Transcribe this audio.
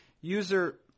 User